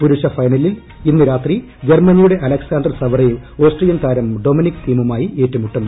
പുരുഷ ഫൈനലിൽ ഇന്ന് രാത്രി ജർമ്മനിയുടെ അലക്സാണ്ടർ സവറേവ് ഓസ്ട്രിയൻ താരം ഡൊമിനിക് തീമുമായി ഏറ്റുമുട്ടും